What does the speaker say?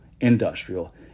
industrial